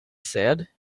said